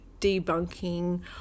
debunking